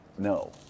No